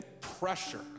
pressure